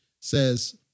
says